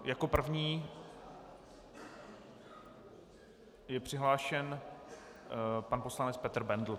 Jako první je přihlášen pan poslanec Petr Bendl.